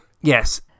Yes